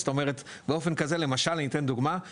זאת אומרת באופן כזה למשל אני אתן דוגמה,